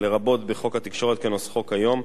לרבות בחוק התקשורת כנוסחו כיום,